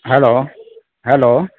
hello hello